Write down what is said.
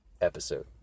episode